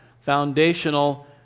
foundational